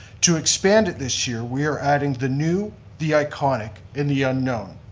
to expand it this year, we're adding the new, the iconic, and the unknown.